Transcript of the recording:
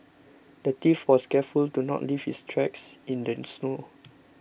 the thief was careful to not leave his tracks in the snow